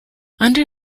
under